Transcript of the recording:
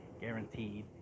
guaranteed